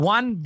One